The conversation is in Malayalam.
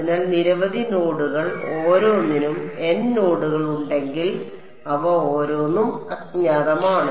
അതിനാൽ നിരവധി നോഡുകൾ ഓരോന്നിനും n നോഡുകൾ ഉണ്ടെങ്കിൽ അവ ഓരോന്നും അജ്ഞാതമാണ്